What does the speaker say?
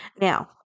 Now